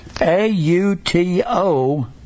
A-U-T-O